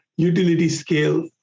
utility-scale